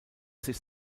sich